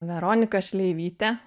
veronika šleivytė